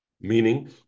meaning